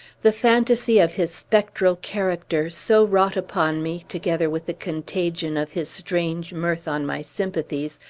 the fantasy of his spectral character so wrought upon me, together with the contagion of his strange mirth on my sympathies,